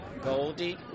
Goldie